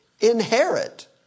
inherit